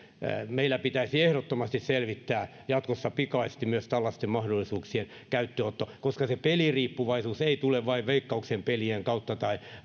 meillä pitäisi ehdottomasti selvittää jatkossa pikaisesti myös tällaisten mahdollisuuksien käyttöönotto koska se peliriippuvuus ei tule vain veikkauksen pelien kautta tai